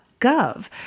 gov